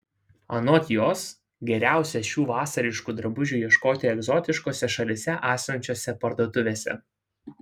anot jos geriausia šių vasariškų drabužių ieškoti egzotiškose šalyse esančiose parduotuvėse